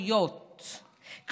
לחסויות,